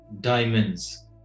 diamonds